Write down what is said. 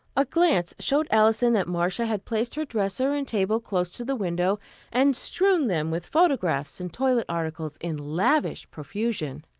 a glance showed alison that marcia had placed her dresser and table close to the window and strewn them with photographs and toilet articles in lavish profusion.